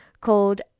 called